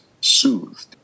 soothed